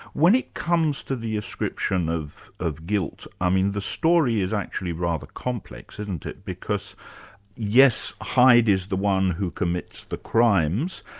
when it comes to the ascription of of guilt, i mean the story is actually rather complex isn't it, because yes, hyde is the one who commits the crimes,